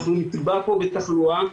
אנחנו נטבע פה בתחלואה,